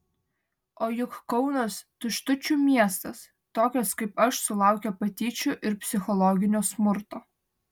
o juk kaunas tuštučių miestas tokios kaip aš sulaukia patyčių ir psichologinio smurto